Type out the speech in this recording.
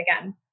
again